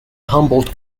humboldt